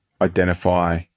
identify